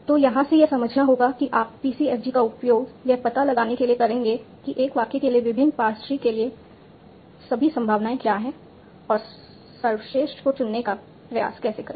तो यहाँ से यह समझना होगा कि आप PCFG का उपयोग यह पता लगाने के लिए करेंगे कि एक वाक्य के लिए विभिन्न पार्स ट्री के लिए सभी संभावनाएं क्या हैं और सर्वश्रेष्ठ को चुनने का प्रयास कैसे करें